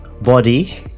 Body